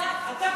תגיד לי,